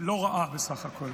תודה לך.